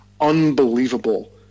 unbelievable